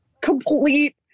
complete